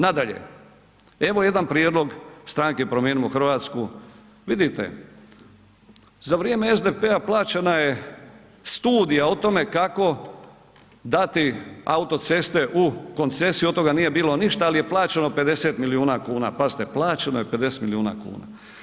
Nadalje, evo jedan prijedlog Stranke Promijenimo Hrvatsku, vidite za vrijeme SDP-a plaćena je studija o tome kako dati autoceste u koncesiju, od toga nije bilo ništa, al je plaćeno 50 milijuna kuna, pazite plaćeno je 50 milijuna kuna.